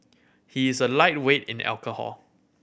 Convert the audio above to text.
he is a lightweight in alcohol